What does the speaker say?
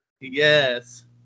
yes